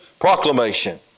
proclamation